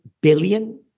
billion